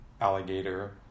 alligator